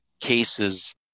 cases